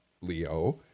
Leo